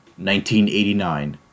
1989